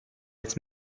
its